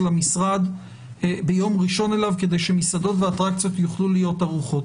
המשרד ביום ראשון אליו כדי שמסעדות ואטרקציות יוכלו להיות ערוכות.